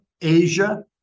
Asia